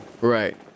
Right